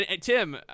Tim